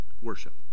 worship